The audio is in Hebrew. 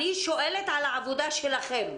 אני שואלת על העבודה שלכם.